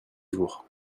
jours